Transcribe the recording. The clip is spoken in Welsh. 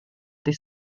dydd